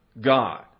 God